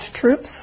troops